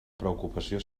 preocupació